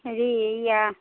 হেৰি এইয়া